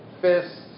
fists